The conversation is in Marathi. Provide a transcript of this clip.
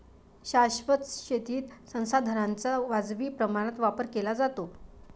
शाश्वत शेतीत संसाधनांचा वाजवी प्रमाणात वापर केला जातो